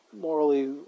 morally